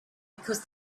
because